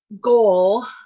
goal